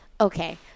Okay